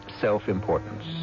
self-importance